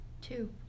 Two